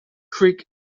creek